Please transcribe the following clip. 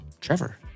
Trevor